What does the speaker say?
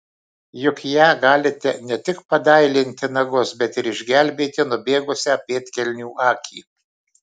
juk ja galite ne tik padailinti nagus bet ir išgelbėti nubėgusią pėdkelnių akį